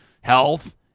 health